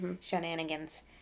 shenanigans